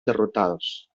derrotados